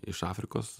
iš afrikos